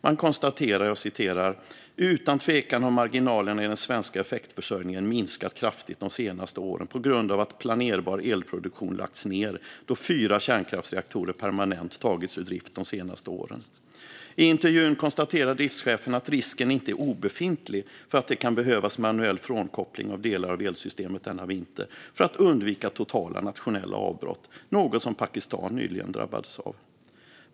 Man konstaterade att marginalerna i den svenska effektförsörjningen utan tvekan har minskat kraftigt på senare år på grund av att planerbar elproduktion lagts ned då fyra kärnkraftsreaktorer permanent tagits ur drift de senaste åren. I intervjun konstaterade driftschefen att risken inte är obefintlig för att det kan behövas manuell frånkoppling av delar av elsystemet denna vinter för att undvika totala nationella avbrott, något som Pakistan nyligen drabbades av.